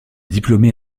diplômé